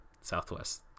Southwest